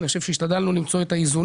אבל אני חושב שהשתדלנו למצוא את האיזונים.